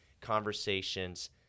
conversations